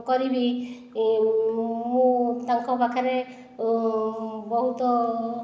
କରିବି ମୁଁ ତାଙ୍କ ପାଖରେ ବହୁତ